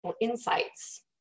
insights